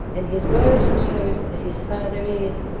and his word knows that his father is,